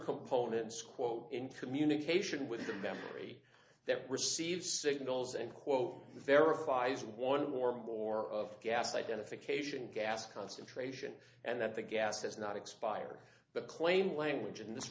components quote in communication with the memory that receives signals and quote verifies one or more of gas identification gas concentration and that the gas has not expired but claim language and this